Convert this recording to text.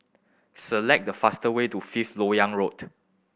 select the fastest way to Fifth Lok Yang Road